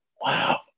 wow